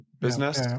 business